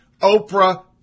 Oprah